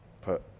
put